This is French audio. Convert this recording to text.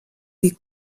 des